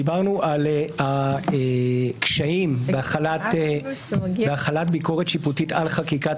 דיברנו על הקשיים בהחלת ביקורת שיפוטית על חקיקת